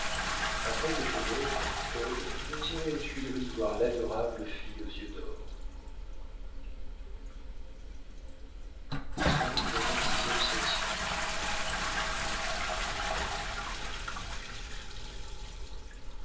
après déjeuner paul nous irons aux tuileries voir l'adorable fille aux yeux d'or